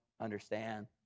understand